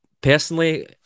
personally